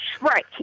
Right